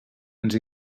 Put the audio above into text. ens